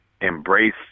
embrace